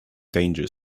danger